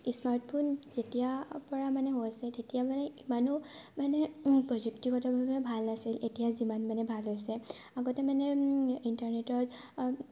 smartphone যেতিয়াৰ পৰা মানে হৈছে তেতিয়া মানে ইমানো মানে প্ৰযুক্তিগতভাৱে ভাল নাছিল এতিয়া যিমান মানে ভাল হৈছে আগতে মানে ইণ্টাৰনেটৰ